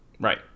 Right